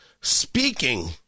Speaking